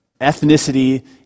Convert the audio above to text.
ethnicity